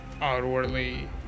outwardly